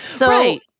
Right